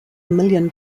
million